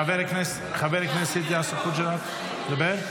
חוג'יראת, מדבר?